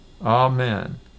amen